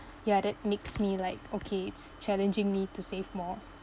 ya that makes me like okay it's challenging me to save more